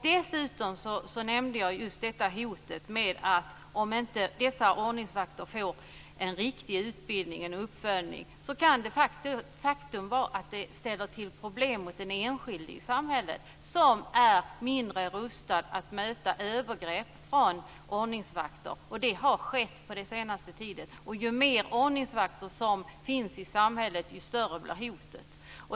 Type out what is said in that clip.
Dessutom nämnde jag det hot som finns. Om inte dessa ordningsvakter får utbildning och om det inte görs uppföljningar kan det ställa till problem för den enskilde i samhället som är mindre rustad att möta övergrepp från ordningsvakter. Det har skett övergrepp den senaste tiden, och ju fler ordningsvakter det finns, desto större blir hotet.